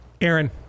Aaron